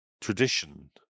tradition